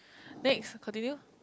next continue